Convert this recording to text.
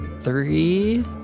three